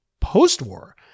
Post-war